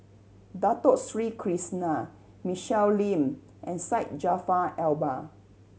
Dato Sri Krishna Michelle Lim and Syed Jaafar Albar